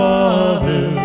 Father